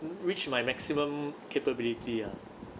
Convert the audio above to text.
mm reach my maximum capability ah